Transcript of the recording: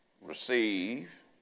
receive